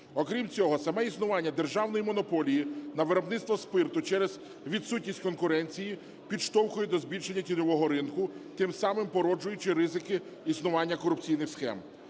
Окрім цього, саме існування державної монополії на виробництво спирту через відсутність конкуренції підштовхує до збільшення тіньового ринку, тим самим породжуючи ризики існування корупційних схем.